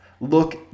Look